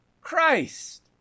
Christ